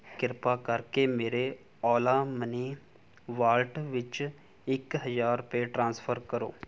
ਕਿਰਪਾ ਕਰਕੇ ਮੇਰੇ ਓਲਾ ਮਨੀ ਵਾਲਟ ਵਿੱਚ ਇੱਕ ਹਜ਼ਾਰ ਰੁਪਏ ਟ੍ਰਾਂਸਫਰ ਕਰੋ